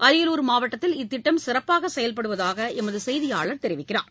அரியலூர் மாவட்டத்தில் இத்திட்டம் சிறப்பாக செயல்படுவதாக எமது செய்தியாளர் தெரிவிக்கிறார்